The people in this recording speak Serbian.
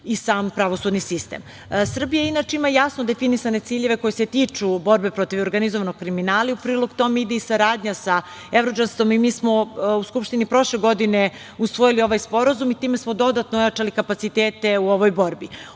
i sam pravosudni sistem. Srbija, inače, ima jasno definisane ciljeve koji se tiču borbe protiv organizovanog kriminala i u prilog tome ide i saradnja sa EVRODžAST-om. Mi smo u Skupštini prošle godine usvojili ovaj sporazum i time smo dodatno ojačali kapacitete u ovoj borbi.